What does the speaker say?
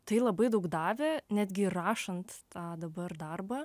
tai labai daug davė netgi rašant tą dabar darbą